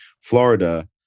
Florida